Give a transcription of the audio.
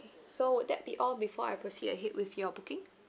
so would that be all before I proceed ahead with your booking